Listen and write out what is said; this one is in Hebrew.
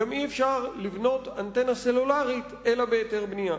גם אי-אפשר לבנות אנטנה סלולרית אלא בהיתר בנייה.